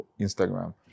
Instagram